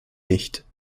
nicht